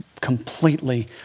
completely